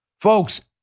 Folks